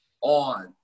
on